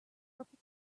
purple